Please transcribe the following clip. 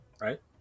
right